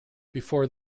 before